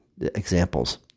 examples